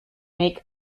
make